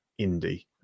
indie